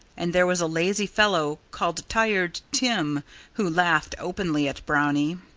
and there was a lazy fellow called tired tim who laughed openly at brownie.